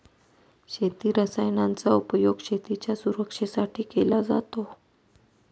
शेती रसायनांचा उपयोग शेतीच्या सुरक्षेसाठी केला जातो